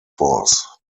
force